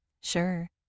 Sure